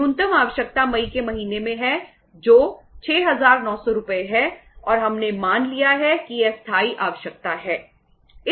न्यूनतम आवश्यकता मई के महीने में है जो 6900 रुपये है और हमने मान लिया है कि यह स्थायी आवश्यकता है